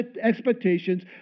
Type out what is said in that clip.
expectations